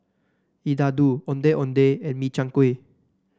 laddu Ondeh Ondeh and Min Chiang Kueh